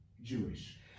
Jewish